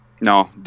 no